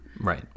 Right